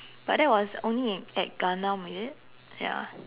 but that was only in at Gangnam is it ya